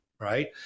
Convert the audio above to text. Right